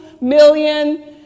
million